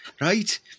right